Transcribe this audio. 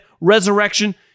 resurrection